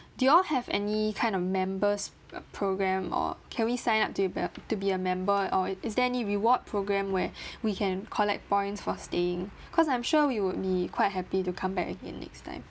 do y'all have any kind of members uh program or can we sign up to be a to be a member and all it is there any reward program where we can collect points for staying cause I'm sure we would be quite happy to come back again next time